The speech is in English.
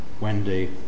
Wendy